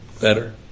better